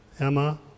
Emma